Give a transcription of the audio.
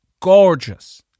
gorgeous